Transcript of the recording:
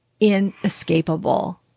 inescapable